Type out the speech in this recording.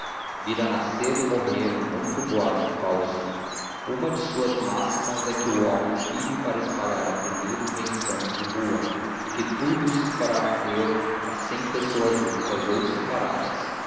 vira nascer e morrer muito boato falso uma de suas máximas é que o homem vive para espalhar a primeira invenção de rua e que tudo se fará crer a cem pessoas juntas ou separadas